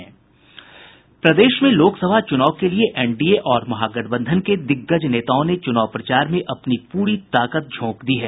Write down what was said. प्रदेश में लोकसभा चूनाव के लिए एनडीए और महागठबंधन के दिग्गज नेताओं ने चुनाव प्रचार में अपनी पूरी ताकत झोंक दी है